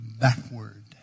backward